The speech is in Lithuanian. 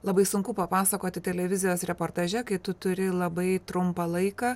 labai sunku papasakoti televizijos reportaže kai tu turi labai trumpą laiką